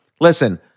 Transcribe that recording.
listen